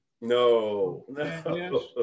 No